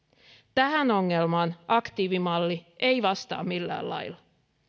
tähän ongelmaan aktiivimalli ei vastaa millään lailla